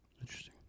interesting